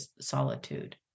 solitude